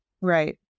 Right